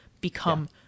become